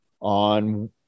on